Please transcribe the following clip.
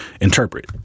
interpret